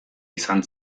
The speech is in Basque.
izan